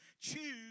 choose